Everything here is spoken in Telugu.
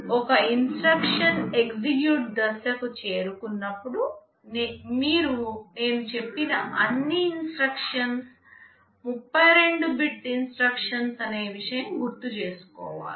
ఒక ఇన్స్ట్రక్షన్ ఎగ్జిక్యూట్ దశకు చేరుకున్నప్పుడు మీరు నేను చెప్పిన అన్ని ఇన్స్ట్రక్షన్స్ 32 బిట్ ఇన్స్ట్రక్షన్స్ అనే విషయం గుర్తు చేసుకోవాలి